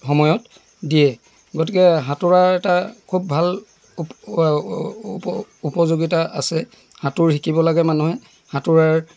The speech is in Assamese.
সময়ত দিয়ে গতিকে সাঁতোৰা এটা খুব ভাল উপযোগীতা আছে সাঁতোৰ শিকিব লাগে মানুহে সাঁতোৰাৰ